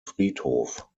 friedhof